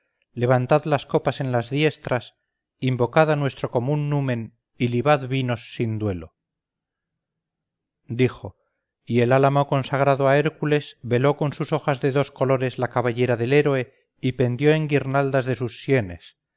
levantad las copas en las diestras invocad a nuestro común numen y libad vinos sin duelo dijo y el álamo consagrado a hércules veló con sus hojas de dos colores la cabellera del héroe y pendió en guirnaldas de sus sienes